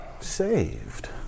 Saved